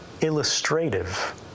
illustrative